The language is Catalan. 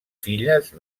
filles